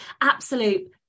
absolute